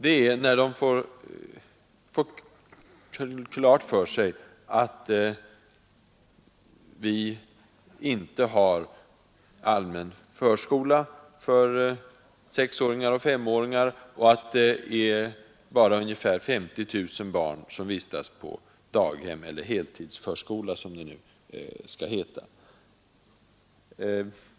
Det är när de får klart för sig att vi inte har allmän förskola för sexåringar och femåringar och att bara ungefär 50 000 barn vistas på daghem, eller heltidsförskola som det nu skall heta.